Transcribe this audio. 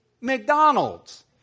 McDonald's